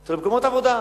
זה למקומות עבודה.